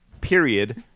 period